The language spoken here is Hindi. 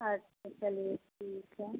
अच्छा चलिए ठीक है